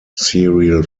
serial